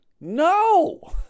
no